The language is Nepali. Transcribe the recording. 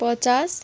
पचास